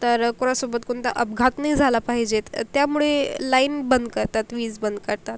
तर कोणासोबत कोणता अपघात नाही झाला पाहिजेत त्यामुळे लाईन बंद करतात वीज बंद करतात